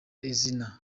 izina